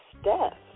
Steph